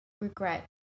regret